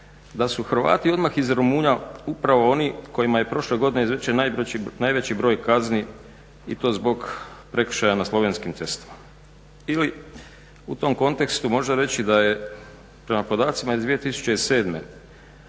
da su Hrvati odmah iza Rumunja upravo oni kojima je prošle godine … najveći broj kazni i to zbog prekršaja na slovenskim cestama ili u tom kontekstu može reći da je prema podacima iz